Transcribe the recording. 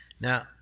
Now